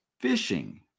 fishing